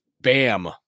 Bam